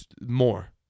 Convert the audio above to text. More